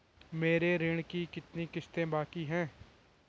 मेरे ऋण की कितनी किश्तें बाकी हैं?